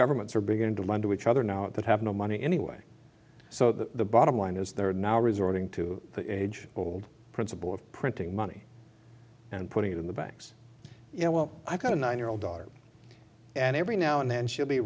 governments are beginning to run to each other now that have no money anyway so the bottom line is they're now resorting to the age old principle of printing money and putting it in the banks you know well i've got a nine year old daughter and every now and then she'll be